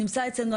זה נמצא אצלכם?